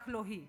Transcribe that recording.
רק לא היא.